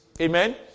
Amen